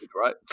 Right